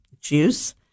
juice